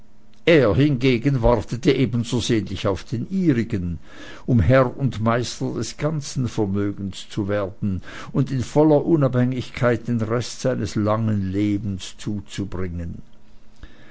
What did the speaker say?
er hingegen wartete ebenso sehnlich auf den ihrigen um herr und meister des ganzen vermögens zu werden und in voller unabhängigkeit den rest seines langen lebens zuzubringen